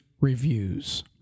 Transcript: Reviews